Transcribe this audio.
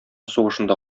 сугышында